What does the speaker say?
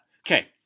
Okay